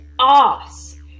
ass